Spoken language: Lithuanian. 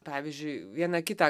pavyzdžiui vieną kitą